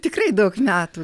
tikrai daug metų